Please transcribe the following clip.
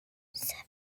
seven